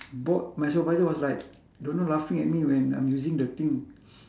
my supervisor was like don't know laughing at me when I'm using the thing